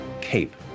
cape